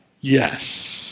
yes